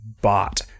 bot